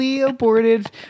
aborted